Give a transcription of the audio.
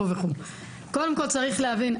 קודם כל צריך להבין,